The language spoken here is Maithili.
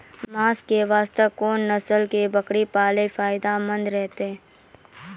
मांस के वास्ते कोंन नस्ल के बकरी पालना फायदे मंद रहतै?